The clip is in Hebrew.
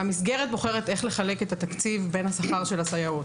והמסגרת בוחרת איך לחלק את התקציב בין השכר של הסייעות.